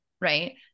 right